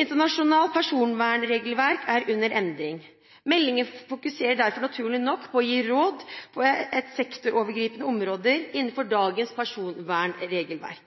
Internasjonalt personvernregelverk er i endring. Meldingen fokuserer derfor naturlig nok på å gi råd på sektorovergripende områder innenfor dagens personvernregelverk.